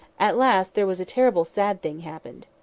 at last there was a terrible, sad thing happened.